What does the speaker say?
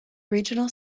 regional